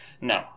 no